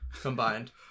combined